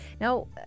Now